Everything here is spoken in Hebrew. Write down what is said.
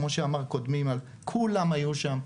כמו שאמר קודמי, כולם היו שם.